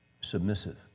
submissive